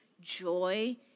joy